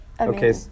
Okay